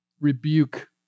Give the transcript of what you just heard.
rebuke